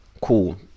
Cool